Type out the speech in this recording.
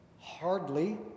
Hardly